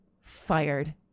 Fired